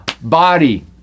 body